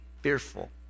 fearful